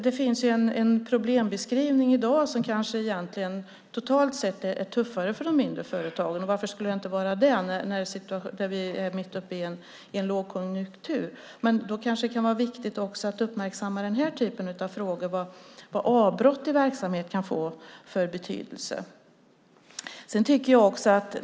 Det finns alltså en problembeskrivning som visar att det totalt sett är tuffare för de mindre företagen, och varför skulle det inte vara det när vi är mitt uppe i en lågkonjunktur? Då kan det också vara viktigt att uppmärksamma den här typen av frågor, alltså vad avbrott i verksamheten kan få för betydelse.